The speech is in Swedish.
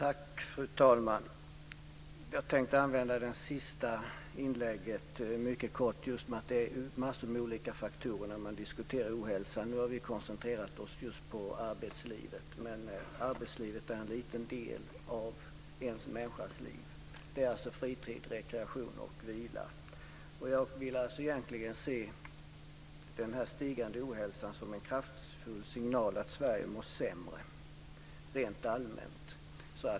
Fru talman! Jag tänkte använda mitt sista inlägg till att helt kort säga att det finns en mängd olika faktorer när man diskuterar ohälsan. Nu har vi koncentrerat oss på arbetslivet, men arbetslivet är bara en liten del av en människas liv där det ju också är fråga om fritid, rekreation och vila. Egentligen vill jag se den stigande ohälsan som en kraftfull signal om att Sverige rent allmänt mår sämre.